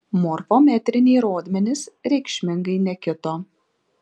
morfometriniai rodmenys reikšmingai nekito